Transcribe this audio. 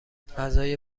فضای